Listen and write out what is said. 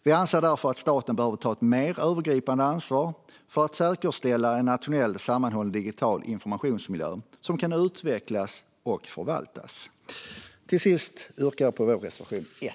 Vi anser därför att staten behöver ta ett mer övergripande ansvar för att säkerställa en nationell och sammanhållen digital informationsmiljö som kan utvecklas och förvaltas. Fru talman! Jag yrkar bifall till vår reservation nummer 1.